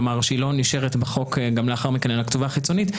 כלומר שהיא לא נשארת בחוק גם לאחר מכן אלא כתובה חיצונית.